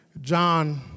John